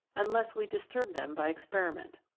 unless we disturb them by experiment.